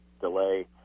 delay